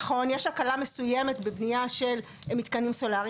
נכון, יש הקלה מסוימת בבנייה של מתקנים סולריים.